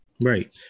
Right